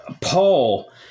Paul